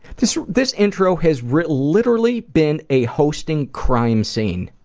this. this intro has re literally been a hosting crime scene.